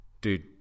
dude